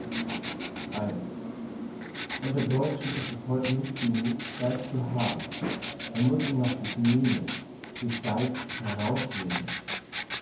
unter deutschen ist es heute nicht genug geist zu haben man muss ihn noch sich nehmen sich geist herausnehmen